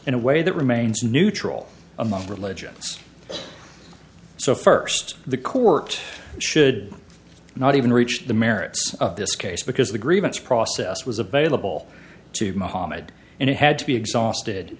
in a way that remains neutral among religions so first the court should not even reach the merits of this case because the grievance process was available to mohamed and it had to be exhausted